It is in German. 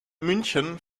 münchen